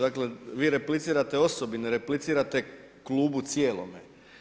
Dakle vi replicirate osobi, ne replicirate klubu cijelome.